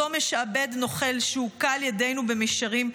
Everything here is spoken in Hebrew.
אותו משעבד נוכל שהוכה על ידינו במישרין,